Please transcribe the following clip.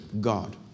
God